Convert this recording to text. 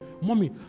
mommy